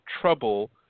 trouble